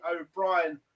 o'brien